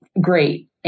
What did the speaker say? great